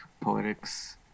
poetics